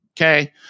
Okay